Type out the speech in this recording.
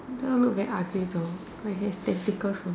later look very ugly though like have tentacles on it